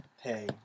hey